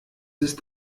ist